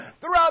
Throughout